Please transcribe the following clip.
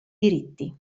diritti